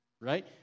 Right